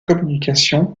communications